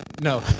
no